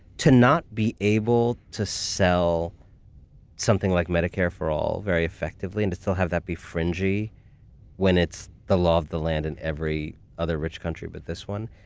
to not be able to sell something like medicare for all very effectively and to still have that be fringy when it's the law of the land in every other rich country but this one,